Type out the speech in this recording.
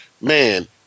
man